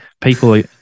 people